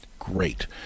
great